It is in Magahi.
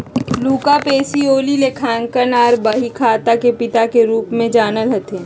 लुका पैसीओली लेखांकन आर बहीखाता के पिता के रूप मे जानल जा हथिन